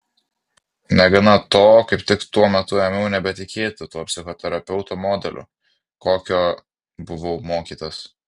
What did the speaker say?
negana to kaip tik tuo metu ėmiau nebetikėti tuo psichoterapeuto modeliu kokio buvau mokytas